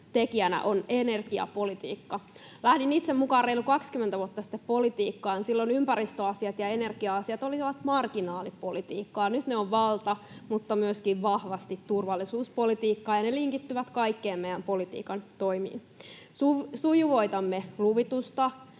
tekijänä on energiapolitiikka. Lähdin itse mukaan politiikkaan reilu 20 vuotta sitten. Silloin ympäristöasiat ja energia-asiat olivat marginaalipolitiikkaa. Nyt ne ovat valta- mutta myöskin vahvasti turvallisuuspolitiikkaa, ja ne linkittyvät kaikkiin meidän politiikan toimiin. Sujuvoitamme luvitusta,